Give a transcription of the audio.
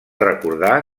recordar